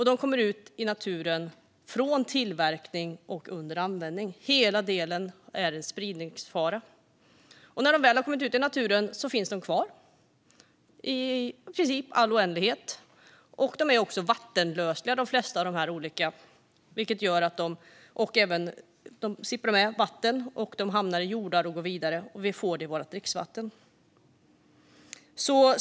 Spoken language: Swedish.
De kommer ut i naturen från tillverkning och användning, så spridningsfaran finns genom alla delar, och när de väl har kommit ut i naturen finns de i princip kvar i all oändlighet. De flesta är också vattenlösliga, vilket gör att de sipprar med vatten, går vidare och hamnar i jordar, och så får vi det i vårt dricksvatten.